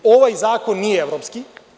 Ovaj zakon nije evropski.